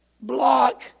block